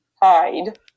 hide